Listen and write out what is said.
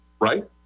right